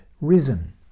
risen